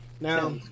Now